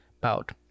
bout